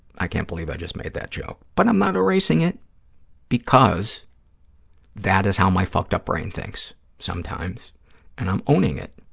i can't believe i just made that joke, but i'm not erasing it because that is how my fucked-up brain thinks sometimes and i'm owning it.